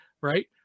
right